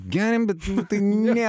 geriame bet tai ne